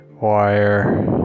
wire